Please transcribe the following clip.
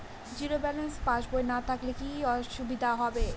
Zero balance পাসবই না থাকলে কি কী অসুবিধা হবে?